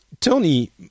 Tony